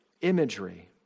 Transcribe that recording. imagery